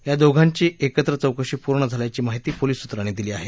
या दोघांची एकत्र चौकशी पूर्ण झाल्याची माहिती पोलीस सूत्रांनी दिली आहे